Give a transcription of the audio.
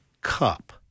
cup